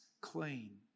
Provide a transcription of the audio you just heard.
clean